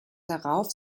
darauf